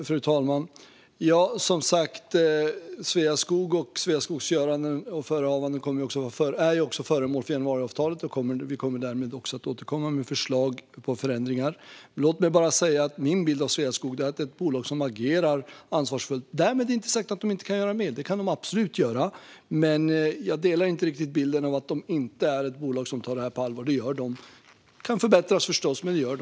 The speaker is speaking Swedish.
Fru talman! Som sagt är Sveaskog och Sveaskogs göranden och förehavanden föremål för januariavtalet, och vi kommer därmed att återkomma med förslag på förändringar. Låt mig bara säga att min bild av Sveaskog är att det är ett bolag som agerar ansvarsfullt. Därmed inte sagt att de inte kan göra mer, för det kan de absolut göra, men jag delar inte riktigt bilden av att de inte är ett bolag som tar det här på allvar. Det gör de. Det kan förbättras förstås, men det gör de.